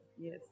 Yes